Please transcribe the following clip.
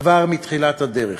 כבר מתחילת הדרך: